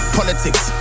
Politics